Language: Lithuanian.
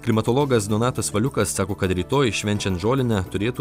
klimatologas donatas valiukas sako kad rytoj švenčiant žolinę turėtų